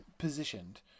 positioned